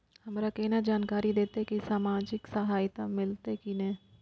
हमरा केना जानकारी देते की सामाजिक सहायता मिलते की ने?